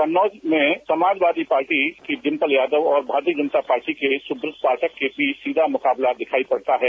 कन्नौज में समाजवादी पार्टी की डिंपल यादव और भारतीय जनता पार्टी के सुब्रत पाठक के बीच सीधा मुकाबला दिखाई पड़ता है